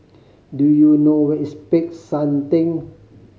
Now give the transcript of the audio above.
do you know where is Peck San Theng